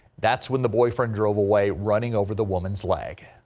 that's when the boyfriend drove away running over the woman's leg.